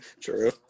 True